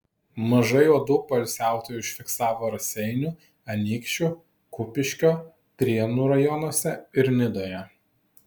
mažai uodų poilsiautojai užfiksavo raseinių anykščių kupiškio prienų rajonuose ir nidoje